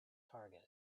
target